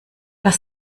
das